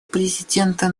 президента